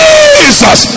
Jesus